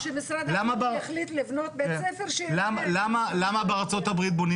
כשמשרד החינוך מחליט לבנות בית-ספר --- למה בארצות הברית בונים